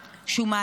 כשהוא מסתכל במראה,